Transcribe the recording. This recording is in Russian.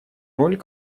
роль